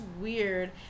weird